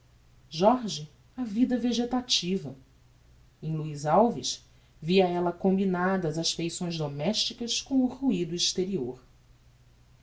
jorge a vida vegetativa em luiz alves via ella combinadas as affeições domesticas com o ruido exterior